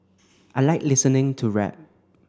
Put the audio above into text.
I like listening to rap